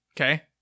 okay